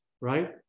right